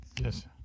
Yes